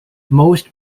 most